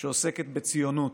שעוסקת בציונות,